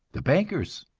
the bankers.